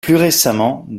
récemment